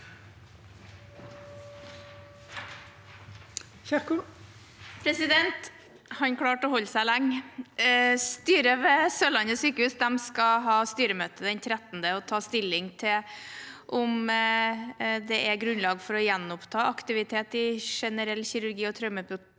Han klarte å holde seg lenge! Styret ved Sørlandet sykehus skal ha styremøte den 13. desember og ta stilling til om det er grunnlag for å gjenoppta aktivitet i generell kirurgi og traumemottak,